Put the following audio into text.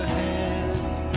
hands